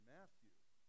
Matthew